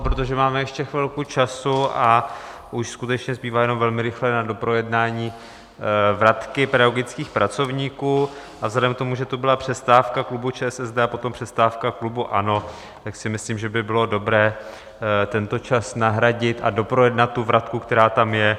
Protože máme ještě chvilku času a už skutečně zbývá jenom velmi rychle na doprojednání vratky pedagogických pracovníků, tak vzhledem k tomu, že tady byla přestávka klubu ČSSD a potom přestávka klubu ANO, tak si myslím, že by bylo dobré tento čas nahradit a doprojednat tu vratku, která tam je.